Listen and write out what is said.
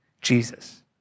Jesus